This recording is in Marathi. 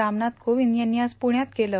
रामनाथ कोविंद यांनी आज पुण्यात केलं